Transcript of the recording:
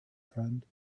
friend